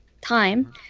time